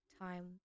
time